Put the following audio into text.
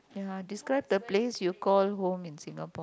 ya describe the place you call home in Singapore